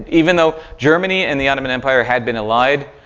even though germany and the ottoman empire had been allied,